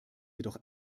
jedoch